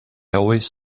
always